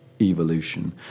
evolution